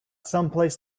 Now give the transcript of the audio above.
someplace